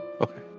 Okay